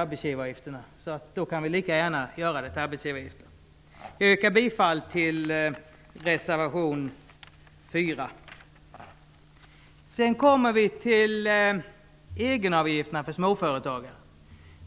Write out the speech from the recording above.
arbetsgivaravgifterna, och då kan vi lika gärna göra om dem till arbetsgivaravgifter. Jag yrkar bifall till reservation 4. Sedan kommer vi till egenavgifter för småföretagare.